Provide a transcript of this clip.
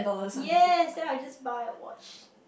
yes then I just buy a watch